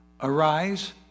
Arise